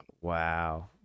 wow